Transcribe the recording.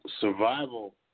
survival